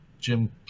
Jim